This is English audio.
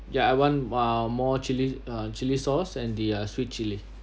ya I want uh more chilli uh chilli sauce and the uh sweet chilli